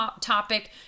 topic